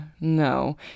no